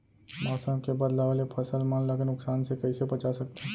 मौसम के बदलाव ले फसल मन ला नुकसान से कइसे बचा सकथन?